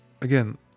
again